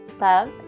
love